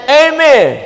amen